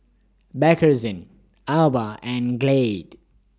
Bakerzin Alba and Glade